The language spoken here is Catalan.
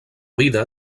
vida